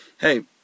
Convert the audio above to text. hey